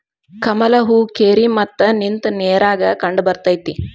ಕಮಲ ಹೂ ಕೆರಿ ಮತ್ತ ನಿಂತ ನೇರಾಗ ಕಂಡಬರ್ತೈತಿ